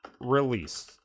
release